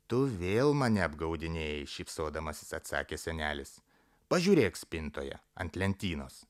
tu vėl mane apgaudinėji šypsodamasis atsakė senelis pažiūrėk spintoje ant lentynos